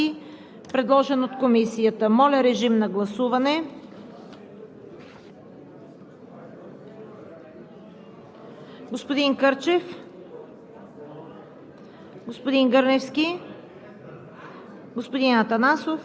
Благодаря, господин Иванов. Реплики? Не виждам. Други изказвания? Също не виждам. Подлагам на гласуване окончателната редакция на § 19, предложен от Комисията. Господин Кърчев?